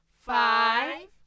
five